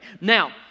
Now